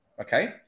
okay